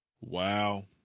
Wow